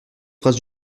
phrase